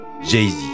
Jay-Z